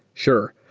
sure.